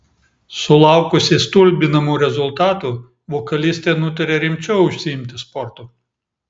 sulaukusi stulbinamų rezultatų vokalistė nutarė rimčiau užsiimti sportu